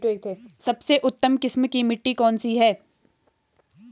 सबसे उत्तम किस्म की मिट्टी कौन सी है?